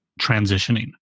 transitioning